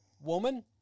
Woman